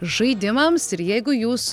žaidimams ir jeigu jūs